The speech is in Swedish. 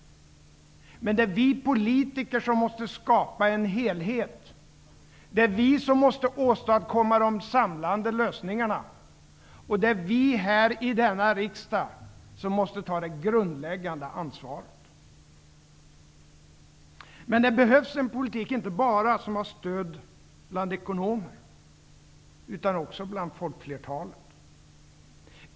Men det är vi politiker som måste skapa en helhet. Det är vi som måste åtstadkomma de samlande lösningarna. Det är vi här i denna riksdag som måste ta det grundläggande ansvaret. Men det behövs en politik som har stöd, inte bara bland ekonomer, utan också bland folkflertalet.